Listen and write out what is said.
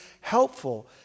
helpful